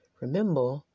remember